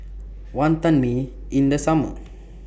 Wantan Mee in The Summer